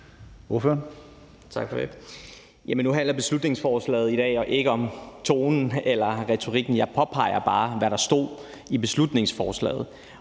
Nu handler beslutningsforslaget i dag ikke om tonen eller retorikken. Jeg påpeger bare, hvad der stod i beslutningsforslaget,